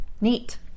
Neat